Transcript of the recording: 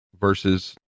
versus